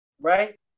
right